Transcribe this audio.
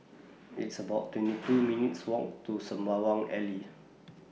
It's about twenty two minutes' Walk to Sembawang Alley